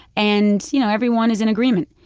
and, you know, everyone is in agreement.